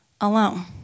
alone